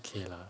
okay lah